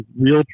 real